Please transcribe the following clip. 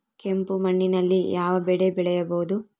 ಕೆಂಪು ಮಣ್ಣಿನಲ್ಲಿ ಯಾವ ಬೆಳೆ ಬೆಳೆಯಬಹುದು?